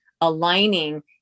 aligning